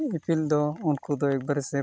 ᱤᱯᱤᱞ ᱫᱚ ᱩᱱᱠᱩ ᱫᱚ ᱮᱠᱵᱟᱨᱮ ᱥᱮ